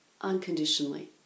unconditionally